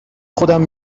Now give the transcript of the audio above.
خودم